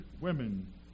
women